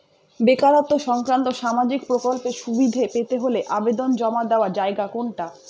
বেকারত্ব সংক্রান্ত সামাজিক প্রকল্পের সুবিধে পেতে হলে আবেদন জমা দেওয়ার জায়গা কোনটা?